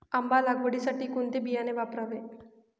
आंबा लागवडीसाठी कोणते बियाणे वापरावे?